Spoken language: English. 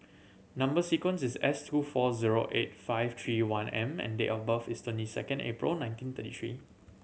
number sequence is S two four zero eight five three one M and date of birth is twenty second April nineteen thirty three